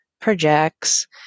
projects